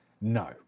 No